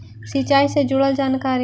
सिंचाई से जुड़ल जानकारी?